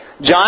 John